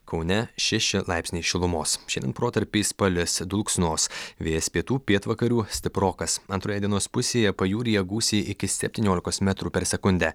kaune šeši laipsniai šilumos šiandien protarpiais palis dulksnos vėjas pietų pietvakarių stiprokas antroje dienos pusėje pajūryje gūsiai iki septyniolikos metrų per sekundę